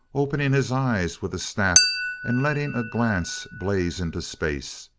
opening his eyes with a snap and letting a glance blaze into space.